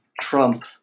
Trump